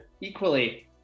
equally